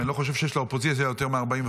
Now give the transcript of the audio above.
ואני לא חושב שיש לאופוזיציה יותר מ-45